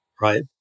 right